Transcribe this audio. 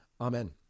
Amen